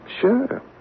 Sure